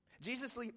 Jesus